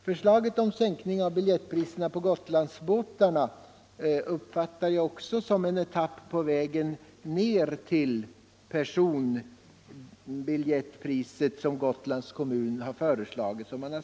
Förslaget om en viss sänkning av biljettpriset på Gotlandsbåtarna uppfattar jag också som en etapp på vägen ner till de personbiljettspriser som Gotlands kommun har föreslagit.